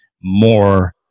more